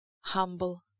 Humble